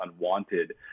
unwanted